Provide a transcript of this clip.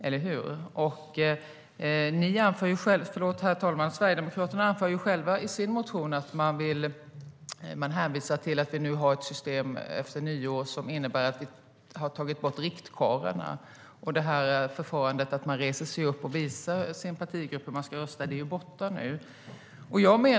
Eller hur? Sverigedemokraterna hänvisar själva i sin motion till att vi efter nyår nu har ett system där vi har tagit bort riktkarlarna, och förfarandet att resa sig upp och visa sin partigrupp hur man ska rösta är borta.